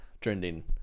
trending